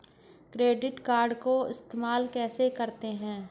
Credit card को इस्तेमाल कैसे करते हैं?